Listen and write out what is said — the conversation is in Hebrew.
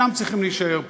הם אינם צריכים להישאר פה.